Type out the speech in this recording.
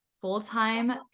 full-time